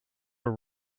are